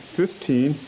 fifteen